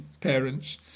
parents